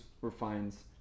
refines